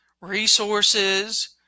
resources